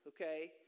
okay